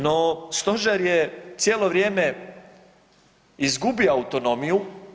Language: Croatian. No, Stožer je cijelo vrijeme izgubio autonomiju.